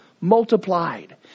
multiplied